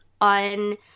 on